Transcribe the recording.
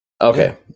Okay